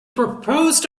proposed